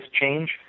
change